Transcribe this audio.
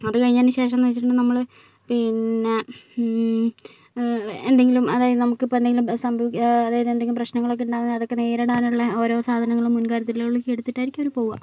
അത് കഴിഞ്ഞതിനു ശേഷം എന്ന് വെച്ചിട്ടുണ്ടെങ്കിൽ നമ്മൾ പിന്നെ എന്തെങ്കിലും അതായത് നമുക്കിപ്പോൾ എന്തെങ്കിലും സംഭവി അതായത് എന്തെങ്കിലും പ്രശ്നങ്ങളൊക്കെ ഉണ്ടായാൽ അതൊക്കെ നേരിടാനുള്ള ഓരോ സാധനങ്ങളും മുൻകരുതലുകളും ഒക്കെ എടുത്തിട്ടായിരിക്കും അവർ പോവുക